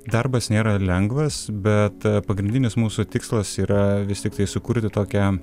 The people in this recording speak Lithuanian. darbas nėra lengvas bet pagrindinis mūsų tikslas yra vis tiktai sukurti tokią